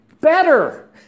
Better